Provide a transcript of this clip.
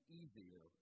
easier